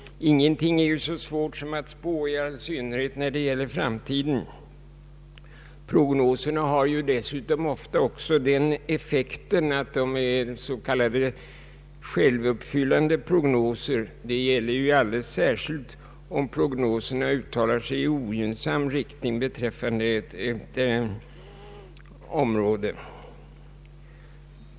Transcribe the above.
Ingenting är så svårt som att spå, i all synnerhet när det gäller framtiden. Prognoserna har ju dessutom ofta den effekten att de är s.k. självuppfyllande, Detta gäller alldeles särskilt om prognoser i ogynnsam riktning beträffande ett område.